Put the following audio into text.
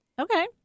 Okay